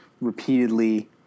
repeatedly